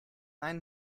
einen